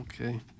Okay